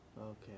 Okay